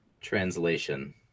Translation